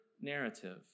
narrative